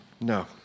No